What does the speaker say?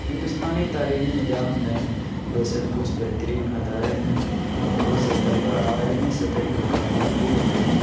ہندوستانی تعلیمی نظام میں بےشک کچھ بہترین ادارے ہیں اور بہت سے طلباء عالمی سطح پر کامیاب بھی ہوتے ہیں